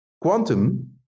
Quantum